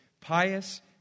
pious